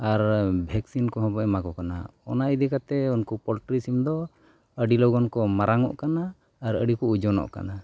ᱟᱨ vaccine ᱠᱚᱦᱚᱸ ᱵᱚᱱ ᱮᱢᱟᱣ ᱠᱚ ᱠᱟᱱᱟ ᱚᱱᱟ ᱤᱫᱤ ᱠᱟᱛᱮᱫ ᱩᱱᱠᱩ ᱯᱳᱞᱴᱨᱤ ᱥᱤᱢ ᱫᱚ ᱟᱹᱰᱤ ᱞᱚᱜᱚᱱ ᱠᱚ ᱢᱟᱨᱟᱝᱚᱜ ᱠᱟᱱᱟ ᱟᱨ ᱟᱹᱰᱤ ᱠᱚ ᱳᱡᱚᱱᱚᱜ ᱠᱟᱱᱟ